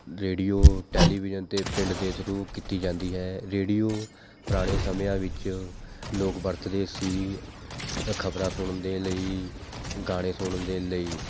radio television 'ਤੇ ਪਿੰਡ ਦੇ ਥਰੂ ਕੀਤੀ ਜਾਂਦੀ ਹੈ ਰੇਡੀਓ ਪੁਰਾਣੇ ਸਮਿਆਂ ਵਿੱਚ ਲੋਕ ਵਰਤਦੇ ਸੀ ਖਬਰਾਂ ਸੁਣਨ ਦੇ ਲਈ ਗਾਣੇ ਸੁਣਨ ਦੇ ਲਈ